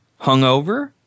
hungover